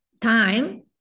time